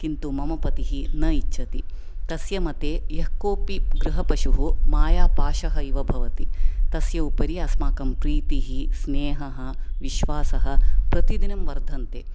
किन्तु मम पतिः न इच्छति तस्य मते यः कोऽपि गृहपशुः मायापाशः इव भवति तस्य उपरि अस्माकं प्रीतिः स्नेहः विश्वासः प्रतिदिनं वर्धन्ते